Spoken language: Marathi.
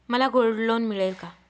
मला गोल्ड लोन मिळेल का?